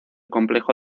complejo